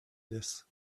this